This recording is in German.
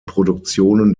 produktionen